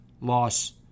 loss